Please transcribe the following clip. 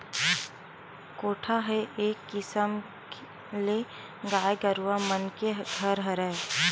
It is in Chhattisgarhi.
कोठा ह एक किसम ले गाय गरुवा मन के घर हरय